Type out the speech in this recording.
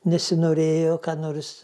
nesinorėjo ką nors